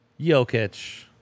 Jokic